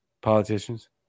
politicians